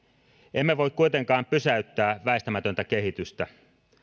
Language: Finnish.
emme voi kuitenkaan pysäyttää väistämätöntä kehitystä